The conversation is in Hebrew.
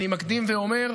אני מקדים ואומר: